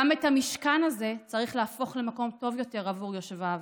גם את המשכן הזה צריך להפוך למקום טוב יותר עבור יושביו,